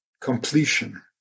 completion